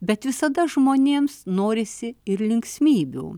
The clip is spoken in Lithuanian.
bet visada žmonėms norisi ir linksmybių